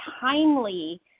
timely